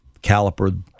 caliper